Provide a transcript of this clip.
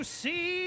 see